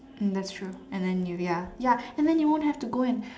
natural and then you ya ya and then you won't have to go and